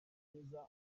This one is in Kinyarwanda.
neza